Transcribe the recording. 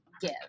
give